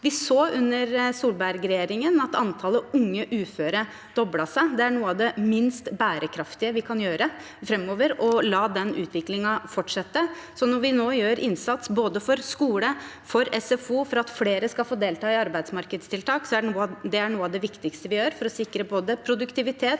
Vi så under Solberg-regjeringen at antallet unge uføre doblet seg. Noe av det minst bærekraftige vi kan gjøre framover, er å la den utviklingen fortsette. Når vi nå gjør en innsats for både skole, SFO og at flere skal få delta i arbeidsmarkedstiltak, er det noe av det viktigste vi gjør for å sikre både produktivitet,